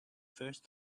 first